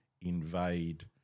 invade